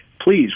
please